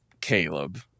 Caleb